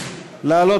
ירושלים,